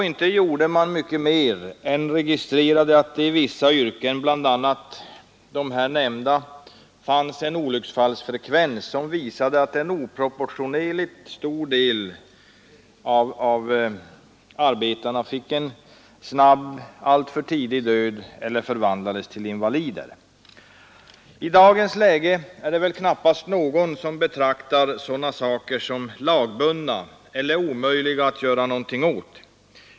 Inte gjorde man heller så mycket mer än registrerade att det i vissa yrken, bl.a. de här nämnda, fanns en olycksfallsfrekvens som visade ätt en oproportionerligt stor del av arbetarna fick en snabb och alltför tidig död eller förvandlades till invalider. I dagens läge är det väl knappast någon som betraktar sådana saker som lagbundna eller omöjliga att göra något åt.